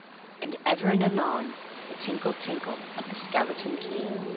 and ever and anon the tinkle-tinkle of the skeleton key.